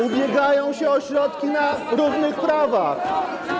ubiegają się o środki na równych prawach.